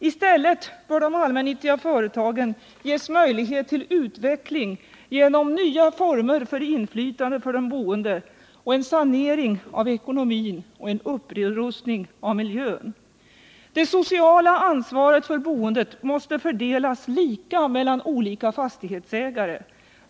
I stället bör de allmännyttiga företagen ges möjlighet till utveckling genom nya former för inflytande för de boende, en sanering av ekonomin och en upprustning av miljön. Det sociala ansvaret för boendet måste fördelas lika mellan olika fastighetsägare.